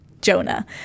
Jonah